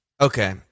Okay